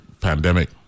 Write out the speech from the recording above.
pandemic